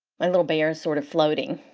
my little bear is sort of floating.